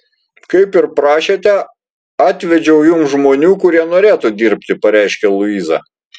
kaip ir prašėte atvedžiau jums žmonių kurie norėtų dirbti pareiškia luiza